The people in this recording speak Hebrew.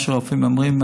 מה שהרופאים אומרים,